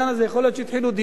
יכול להיות שהתחילו דיונים.